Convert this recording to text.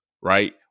Right